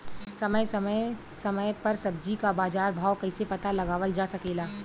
समय समय समय पर सब्जी क बाजार भाव कइसे पता लगावल जा सकेला?